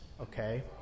Okay